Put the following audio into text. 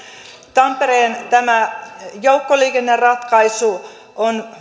tampereen tämä joukkoliikenneratkaisu on